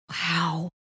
wow